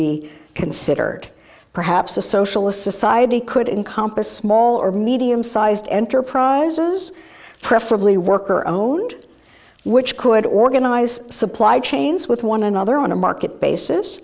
be considered perhaps a socialist society could encompass small or medium sized enterprises preferably work or own which could organize supply chains with one another on a market basis